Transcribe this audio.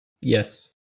Yes